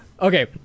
okay